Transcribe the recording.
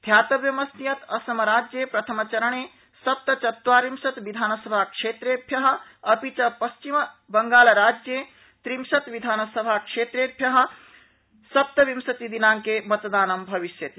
ध्यातव्यमस्ति यत् असमराज्ये प्रथमचरणे सप्तचत्वारिंशत् विधानसभा क्षेत्रेभ्य अपि च पश्चिमबंगालराज्ये त्रिंशत्विधानसभाक्षेत्रेभ्य सप्तविंशति दिनांके मतदानं भविष्यति